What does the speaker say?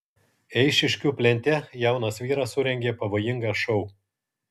eišiškių plente jaunas vyras surengė pavojingą šou